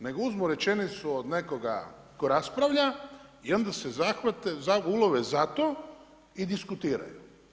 Nego uzmu rečenicu od nekoga tko raspravlja i onda se zahvate, ulove za to i diskutiraju.